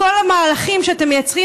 כל המהלכים שאתם מייצרים,